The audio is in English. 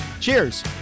Cheers